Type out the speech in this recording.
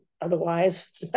otherwise